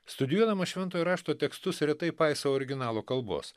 studijuodamas šventojo rašto tekstus retai paisau originalo kalbos